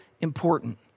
important